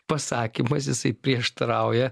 pasakymas jisai prieštarauja